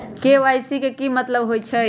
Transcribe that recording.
KYC के कि मतलब होइछइ?